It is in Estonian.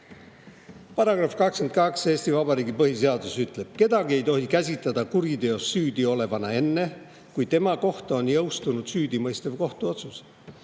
Paragrahv 22 Eesti Vabariigi põhiseaduses ütleb: "Kedagi ei tohi käsitada kuriteos süüdi olevana enne, kui tema kohta on jõustunud süüdimõistev kohtuotsus.